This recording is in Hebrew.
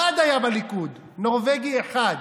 אחד היה בליכוד, נורבגי אחד.